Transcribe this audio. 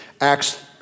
Acts